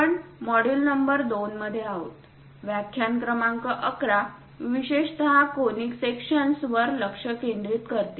आपण module number 2 मध्ये आहोत व्याख्यान क्रमांक 11 विशेषत कोनिक सेक्शन्सवर लक्ष केंद्रित करते